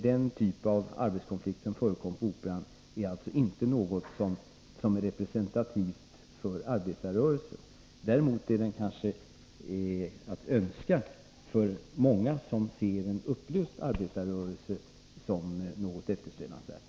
Den typ av arbetskonflikt som förekom på Operan är inte representativ för arbetarrörelsen. Däremot är den kanske att önska för många som ser en upplöst arbetarrörelse som något eftersträvansvärt.